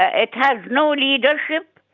ah it had no leadership.